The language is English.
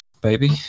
baby